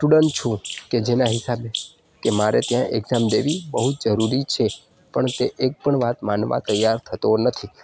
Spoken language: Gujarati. સ્ટુડન્ટ છું કે જેના હિસાબે કે મારે ત્યાં એક્ઝામ દેવી બહુ જરુરી છે પણ તે એક પણ વાત માનવા તૈયાર થતો નથી